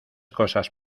cosas